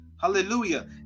Hallelujah